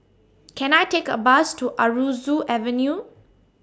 Can I Take A Bus to Aroozoo Avenue